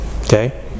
Okay